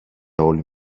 όλοι